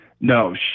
No